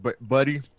buddy